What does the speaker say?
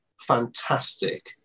fantastic